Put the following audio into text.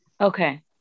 okay